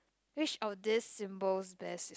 which of this symbols best